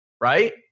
right